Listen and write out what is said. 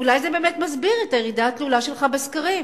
אולי זה באמת מסביר את הירידה התלולה שלך בסקרים.